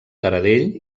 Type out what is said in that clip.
taradell